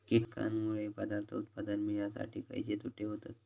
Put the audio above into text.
कीटकांनमुळे पदार्थ उत्पादन मिळासाठी खयचे तोटे होतत?